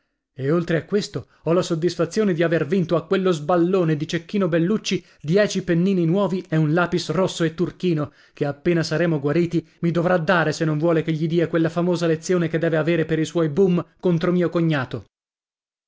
e oltre a questo ho la soddisfazione di aver vinto a quello sballone di cecchino bellucci dieci pennini nuovi e un lapis rosso e turchino che appena saremo guariti mi dovrà dare se non vuole che gli dia quella famosa lezione che deve avere per i suoi bum contro mio cognato